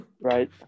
right